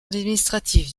administratif